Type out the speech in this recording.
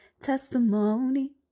testimony